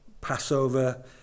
Passover